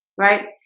right?